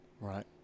Right